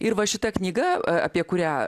ir va šita knyga apie kurią